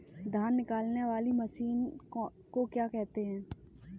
धान निकालने वाली मशीन को क्या कहते हैं?